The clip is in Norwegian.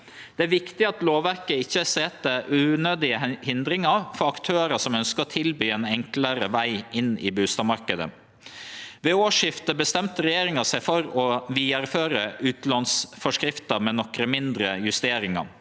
Det er viktig at lovverket ikkje set unødige hindringar for aktørar som ønskjer å tilby ein enklare veg inn i bustadmarknaden. Ved årsskiftet bestemde regjeringa seg for å vidareføre utlånsforskrifta med nokre mindre justeringar.